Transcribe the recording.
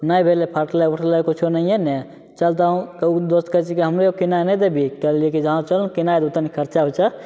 नहि भेलै फाटलै उटलै किछु नहिए ने चल तऽ दोस्त कहै छै कि हमरो किनाइ नहि देबही एकटा कहलिए कि जे हँ चल ने किनाइ देबौ कनि खरचा उरचा